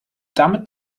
damit